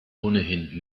ohnehin